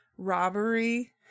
robbery